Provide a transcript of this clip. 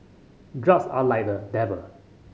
drugs are like the devil